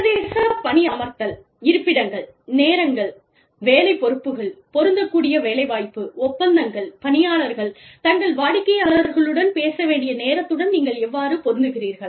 சர்வதேச பணி அமர்த்தல் - இருப்பிடங்கள் நேரங்கள் வேலை பொறுப்புகள் பொருந்தக்கூடிய வேலைவாய்ப்பு ஒப்பந்தங்கள் பணியாளர்கள் தங்கள் வாடிக்கையாளர்களுடன் பேச வேண்டிய நேரத்துடன் நீங்கள் எவ்வாறு பொருந்துகிறீர்கள்